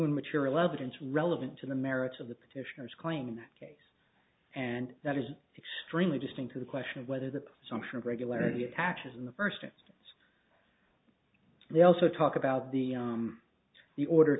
and material evidence relevant to the merits of the petitioners claim in that case and that is extremely distinct to the question of whether the presumption of regularity attaches in the first instance they also talk about the the order